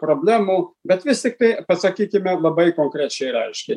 problemų bet vis tiktai pasakykime labai konkrečiai reiškia